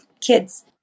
kids